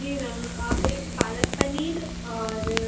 जी ma'am आप एक पालक पनीर और